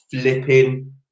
flipping